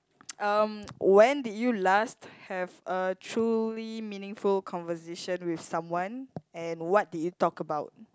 um when did you last have a truly meaningful conversation with someone and what did you talk about